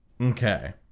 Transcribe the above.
Okay